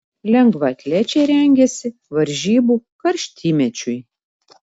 lengvaatlečiai rengiasi varžybų karštymečiui